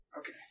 Okay